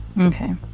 Okay